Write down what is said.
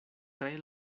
tre